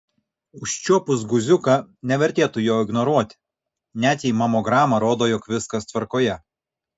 užčiuopus guziuką nevertėtų jo ignoruoti net jei mamograma rodo jog viskas tvarkoje